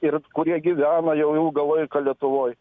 ir kurie gyvena jau ilgą laiką lietuvoj